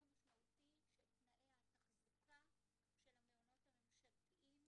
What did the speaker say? משמעותי של תנאי התחזוקה של המעונות הממשלתיים.